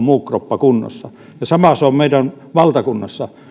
muu kroppa ei ole kunnossa ja sama se on meidän valtakunnassa